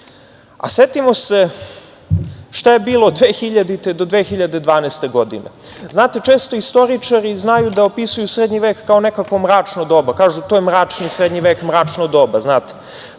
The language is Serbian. se šta je bilo 2000. do 2012. godine. Znate, često istoričari znaju da opisuju srednji vek kao nekakvo mračno doba, kažu – to je mračno, srednji vek je mračno doba. Smatram